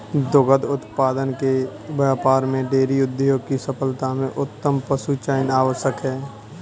दुग्ध उत्पादन के व्यापार में डेयरी उद्योग की सफलता में उत्तम पशुचयन आवश्यक है